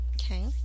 Okay